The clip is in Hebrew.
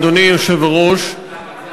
אדוני היושב-ראש,